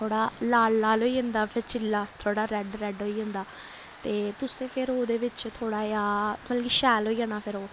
थोह्ड़ा लाल लाल होई जंदा फिर चिल्ला थोह्ड़ा रैड्ड रैड्ड होई जंदा ते तुसें फिर ओह्दे बिच्च थोह्ड़ा जेहा मतलब कि शैल होई जाना फिर ओह्